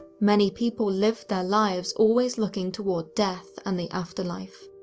many people lived their lives always looking toward death and the afterlife.